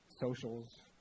socials